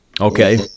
Okay